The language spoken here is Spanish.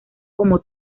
como